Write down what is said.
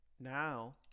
Now